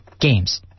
games